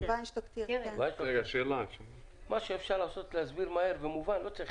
מה שאפשר להסביר מהר ומובן, לא צריך